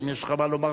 אם יש לך מה לומר,